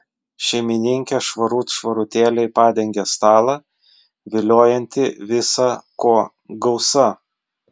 šeimininkė švarut švarutėliai padengė stalą viliojantį visa ko gausa